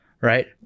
right